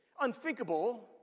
unthinkable